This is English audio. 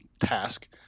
task